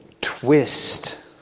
twist